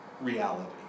reality